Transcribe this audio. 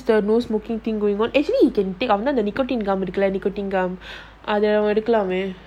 how is the no smoking thing going on actually you can take அதஎடுக்கலாமே:adha edukalame